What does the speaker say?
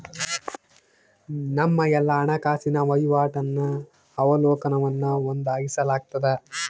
ನಮ್ಮ ಎಲ್ಲಾ ಹಣಕಾಸಿನ ವಹಿವಾಟಿನ ಅವಲೋಕನವನ್ನು ಒದಗಿಸಲಾಗ್ತದ